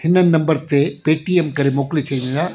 हिन नंबर ते पेटीएम करे मोकिले छॾींदा